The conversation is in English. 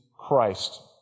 Christ